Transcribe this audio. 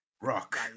rock